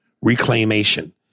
reclamation